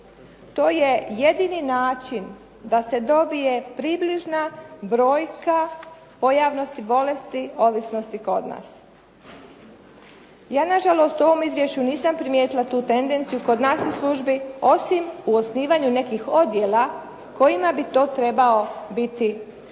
To je jedini način da se dobije približna brojka pojavnosti bolesti, ovisnosti kod nas. Ja na žalost u ovom Izvješću nisam primijetila tu tendenciju kod nas u službi osim u osnivanju nekih odjela kojima bi to trebao biti način